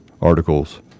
articles